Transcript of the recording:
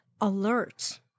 alert